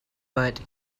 but